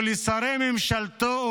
ולשרי ממשלתו,